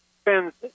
spends